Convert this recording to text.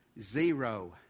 Zero